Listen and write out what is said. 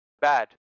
bad